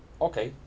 okay